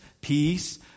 peace